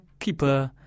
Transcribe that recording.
Keeper